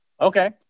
Okay